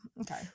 okay